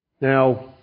Now